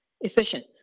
efficient